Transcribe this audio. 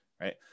right